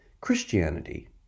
Christianity